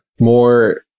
more